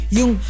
yung